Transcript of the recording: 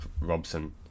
Robson